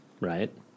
Right